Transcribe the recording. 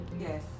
yes